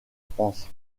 france